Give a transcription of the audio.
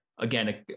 Again